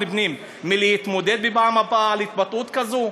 פנים מלהתמודד בפעם הבאה בגלל התבטאות כזו?